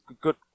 good